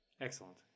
Excellent